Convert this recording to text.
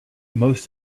most